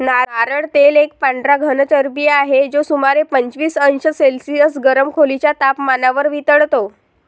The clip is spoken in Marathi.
नारळ तेल एक पांढरा घन चरबी आहे, जो सुमारे पंचवीस अंश सेल्सिअस गरम खोलीच्या तपमानावर वितळतो